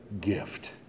gift